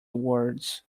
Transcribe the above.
words